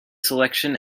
selection